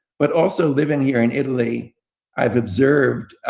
but also living here in italy i've observed